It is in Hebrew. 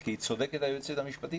כי צודקת היועצת המשפטית,